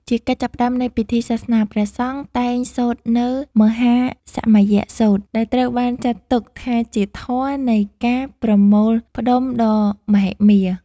ជាកិច្ចចាប់ផ្ដើមនៃពិធីសាសនា ព្រះសង្ឃតែងសូត្រនូវ មហាសមយសូត្រ ដែលត្រូវបានចាត់ទុកថាជាធម៌នៃការប្រមូលផ្ដុំដ៏មហិមា។